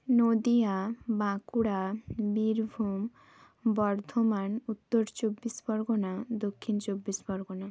নদীয়া বাঁকুড়া বীরভূম বর্ধমান উত্তর চব্বিশ পরগনা দক্ষিণ চব্বিশ পরগনা